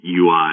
UI